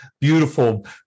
beautiful